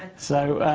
so,